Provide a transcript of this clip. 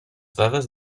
dades